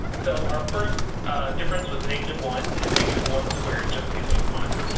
so our first difference was one and one squared just gives you one.